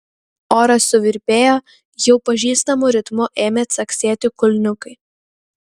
oras suvirpėjo jau pažįstamu ritmu ėmė caksėti kulniukai